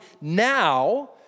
now